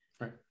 right